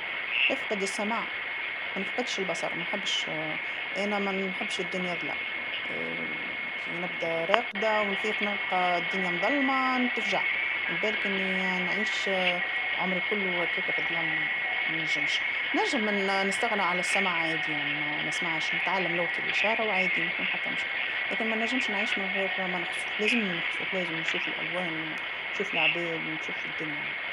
نفقد السمع، ما نفقدش البصر، ما نحبش أنا ما نحبش الدنيا ظلام، كي نبدا راقده ونفيق نلقى الدنيا مظلمه نتفجع، ما بالك أني نعيش عمري كلو هكاكا فالظلام، ما نجمش، نجم نستغنى عن السمع عادي يعني ما نسمعش، نتعلم لغة الإشاره وعادي، ما ثما حتى مشكل، لكن ما نجمش نعيش من غير ما نخزر، لازمني نخزر، لازم، نشوف الألوان ون- نشوف العباد ونشوف الدنيا.